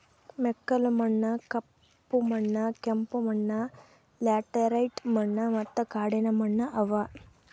ಮೆಕ್ಕಲು ಮಣ್ಣ, ಕಪ್ಪು ಮಣ್ಣ, ಕೆಂಪು ಮಣ್ಣ, ಲ್ಯಾಟರೈಟ್ ಮಣ್ಣ ಮತ್ತ ಕಾಡಿನ ಮಣ್ಣ ಅವಾ